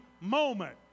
moment